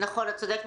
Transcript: נכון, את צודקת.